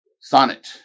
Sonnet